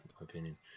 opinion